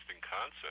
concept